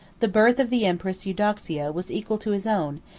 the birth of the empress eudoxia was equal to his own,